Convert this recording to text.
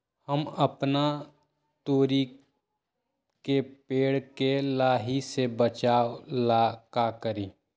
हम अपना तोरी के पेड़ के लाही से बचाव ला का करी?